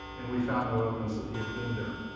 and we found no evidence that he had been there.